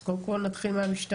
אז קודם כול נתחיל מהמשטרה.